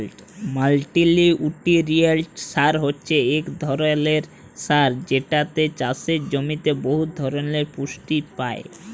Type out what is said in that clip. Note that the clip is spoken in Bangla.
মাল্টিলিউটিরিয়েল্ট সার হছে ইক ধরলের সার যেটতে চাষের জমিতে বহুত ধরলের পুষ্টি পায়